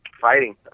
fighting